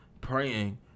praying